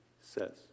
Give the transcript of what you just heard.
says